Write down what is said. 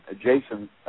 Jason –